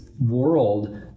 world